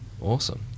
awesome